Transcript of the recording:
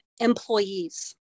employees